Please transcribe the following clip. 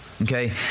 Okay